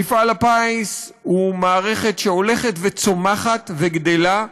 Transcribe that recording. מפעל הפיס הוא מערכת שהולכת וצומחת וגדלה.